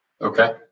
Okay